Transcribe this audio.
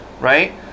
right